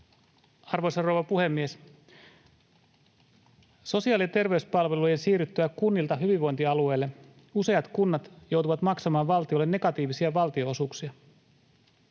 Arvoisa rouva puhemies! Sosiaali- ja terveyspalveluiden siirryttyä kunnilta hyvinvointialueille useat kunnat joutuvat maksamaan valtiolle negatiivisia valtionosuuksia.